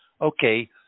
okay